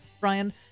Brian